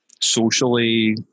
socially